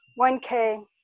1k